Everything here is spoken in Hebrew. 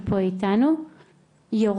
נמצא אתנו בזום